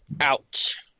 Ouch